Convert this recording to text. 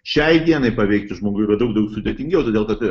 šiai dienai paveikti žmogų yra daug daug sudėtingiau todėl kad